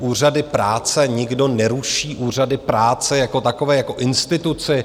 Úřady práce nikdo neruší, úřady práce jako takové, jako instituci.